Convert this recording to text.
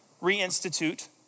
reinstitute